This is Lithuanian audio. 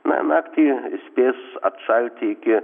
na naktį spės atšalti iki